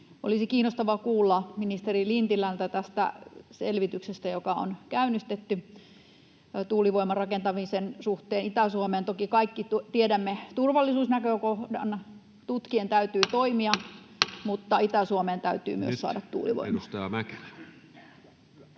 olisi kiinnostavaa kuulla ministeri Lintilältä selvityksestä, joka on käynnistetty tuulivoiman rakentamisen suhteen Itä-Suomeen. Toki kaikki tiedämme turvallisuusnäkökohdan, ja tutkien täytyy toimia, mutta myös Itä-Suomeen täytyy saada tuulivoimaa.